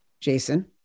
Jason